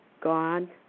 God